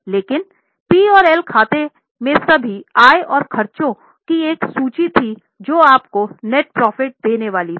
लेकिन पी और एल खाते में सभी आय और खर्चों की एक सूची थी जो आपको नेट प्रॉफिट देने वाले थी